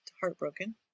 heartbroken